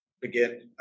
begin